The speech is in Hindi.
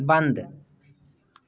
बंद